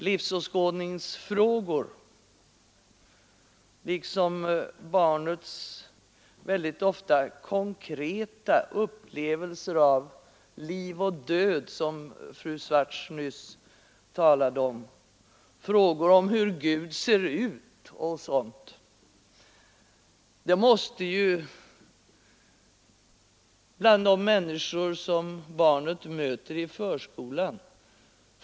Livsåskådningsfrågor liksom barnets ofta konkreta upplevelser av liv och död som fru Swartz nyss talade om — frågor om hur Gud ser ut och sådant — måste bemötas öppet och positivt av de människor som barnet möter i förskolan.